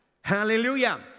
Hallelujah